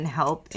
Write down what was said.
help